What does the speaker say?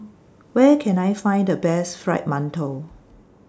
Where Can I Find The Best Fried mantou